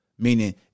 meaning